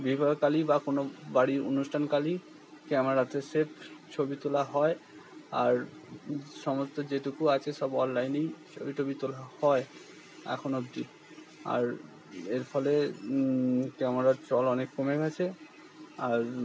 বিবাহতালি বা কোনো বাড়ির অনুষ্টানকালই ক্যামেরাতে সেফ ছবি তোলা হয় আর সমস্ত যেটুকু আছে সব অনলাইনেই ছবি টবি তোলা হয় এখন অব্দি আর এর ফলে ক্যামেরার চল অনেক কমে গেছে আর